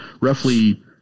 roughly